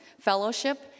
fellowship